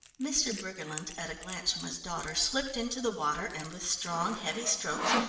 mr. briggerland, at a glance from his daughter, slipped into the water, and with strong heavy strokes,